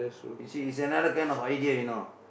you see is another kind of idea you know